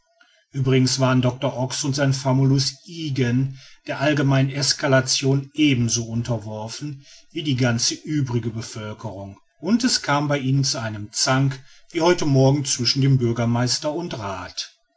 uebrigens waren doctor ox und sein famulus ygen der allgemeinen exaltation ebenso wohl unterworfen wie die ganze übrige bevölkerung und es kam bei ihnen zu einem zank wie heute morgen zwischen dem bürgermeister und rath